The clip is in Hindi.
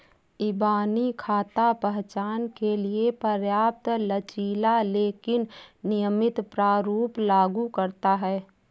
इबानी खाता पहचान के लिए पर्याप्त लचीला लेकिन नियमित प्रारूप लागू करता है